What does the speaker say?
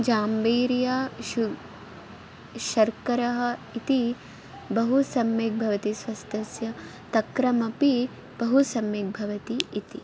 जम्बीरं शु शर्करा इति बहु सम्यक् भवति स्वास्थ्याय तक्रम् अपि बहु सम्यक् भवति इति